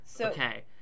Okay